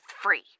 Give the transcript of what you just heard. free